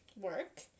work